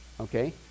Okay